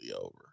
over